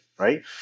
right